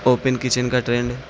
open kitchen کا trend